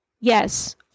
Yes